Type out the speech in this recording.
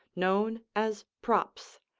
known as props,